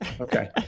Okay